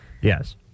Yes